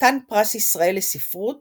חתן פרס ישראל לספרות